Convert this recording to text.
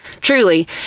Truly